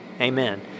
Amen